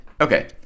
okay